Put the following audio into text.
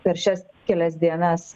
per šias kelias dienas